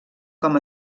com